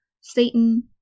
satan